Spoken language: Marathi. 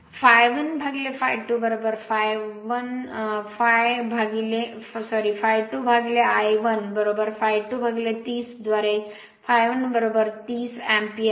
∅1 ∅ 2 ∅2 I 1 ∅2 30 द्वारे ∅ 1 30 अँपिअर